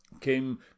came